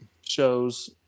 shows